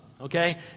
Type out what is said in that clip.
okay